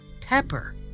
Pepper